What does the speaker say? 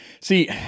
See